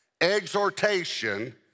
exhortation